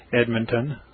Edmonton